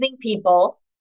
people